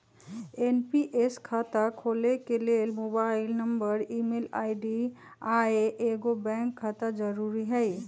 NPS खता खोले के लेल मोबाइल नंबर, ईमेल आई.डी, आऽ एगो बैंक खता जरुरी हइ